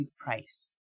price